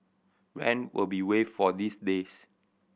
rent will be waived for these days